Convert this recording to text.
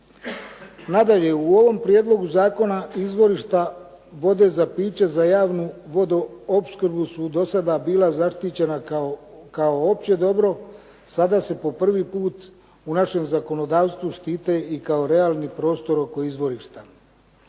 Nadalje, u ovom prijedlogu zakona izvorišta vode za piće za javnu vodoopskrbu su dosada bila zaštićena kao opće dobro sada se po prvi put u našem zakonodavstvu štite i kao realni prostor oko izvorišta.